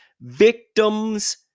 victims